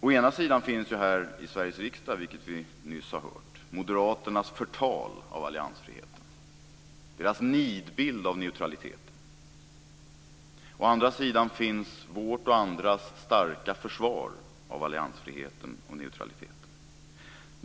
Å ena sidan finns det här i Sveriges riksdag, vilket vi nyss har hört, moderaternas förtal av alliansfriheten, deras nidbild av neutraliteten. Å andra sidan finns vårt och andras starka försvar av alliansfriheten och neutraliteten.